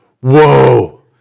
whoa